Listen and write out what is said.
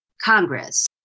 Congress